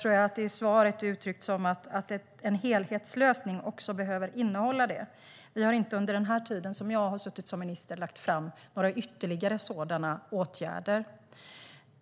tror jag att det i svaret är uttryckt som att en helhetslösning också behöver innehålla det. Vi har inte under den tid som jag har suttit som minister lagt fram några ytterligare sådana åtgärder.